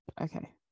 okay